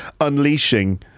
unleashing